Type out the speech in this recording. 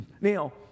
Now